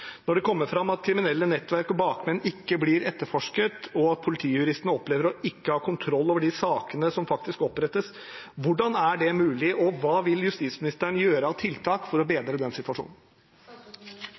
Når det kommer fram at kriminelle nettverk og bakmenn ikke blir etterforsket, og at politijuristene opplever å ikke ha kontroll over de sakene som faktisk opprettes – hvordan er det mulig, og hva vil justisministeren gjøre av tiltak for å